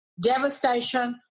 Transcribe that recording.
devastation